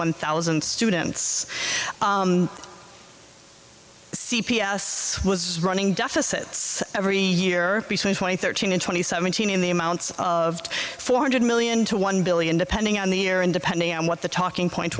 one thousand students c p s was running deficits every year between twenty thirteen and twenty seventeen in the amounts of four hundred million to one billion depending on the air and depending on what the talking point